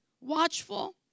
watchful